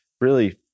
really-